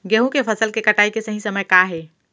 गेहूँ के फसल के कटाई के सही समय का हे?